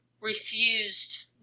refused